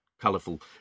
colourful